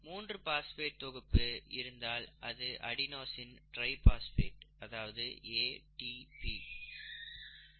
மூன்று பாஸ்பேட் தொகுப்பு இருந்தால் அது அடினோசின் ட்ரைபாஸ்பேட் அதாவது ATP